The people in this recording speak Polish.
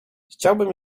chciałbym